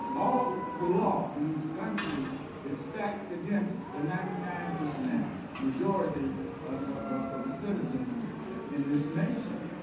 all the law in this country is stacked against the ninety nine percent majority of the citizens and in this nation.